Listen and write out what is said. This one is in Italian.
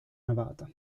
navata